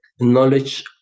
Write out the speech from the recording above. knowledge